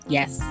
Yes